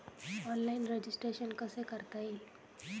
Online registration कसे करता येईल?